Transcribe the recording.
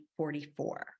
44